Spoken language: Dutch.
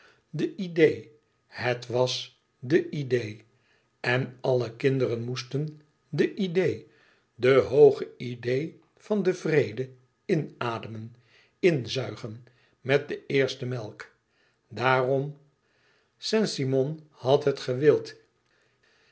de idee het was de idee en alle kinderen moesten de idee de hooge idee van den vrede inademen inzuigen met de eerste melk daarom saint-simon had het gewild